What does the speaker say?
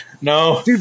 no